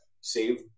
save